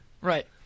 right